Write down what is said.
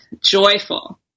joyful